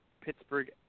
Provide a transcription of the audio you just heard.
Pittsburgh